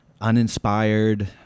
uninspired